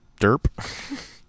derp